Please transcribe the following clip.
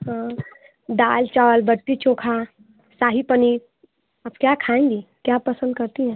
हाँ दाल चावल बट्टी चोखा शाही पनीर आप क्या खाएँगी क्या पसंद करती हैं